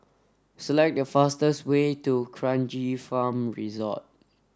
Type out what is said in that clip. select the fastest way to D'Kranji Farm Resort